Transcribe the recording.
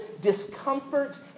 discomfort